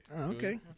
Okay